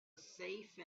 safe